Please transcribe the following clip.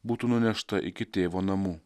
būtų nunešta iki tėvo namų